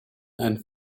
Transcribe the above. and